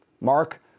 Mark